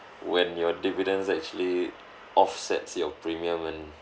when your dividends actually offsets your premium and